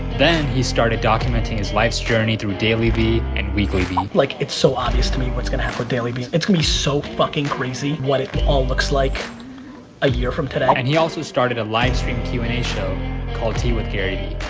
then, he started documenting his life's journey through dailyvee and weeklyvee. like, it's so obvious to me what's gonna happen with dailyvee. it's gonna be so fucking crazy, what it all looks like a year from today. and he also started a live stream q and a show called tea with garyvee.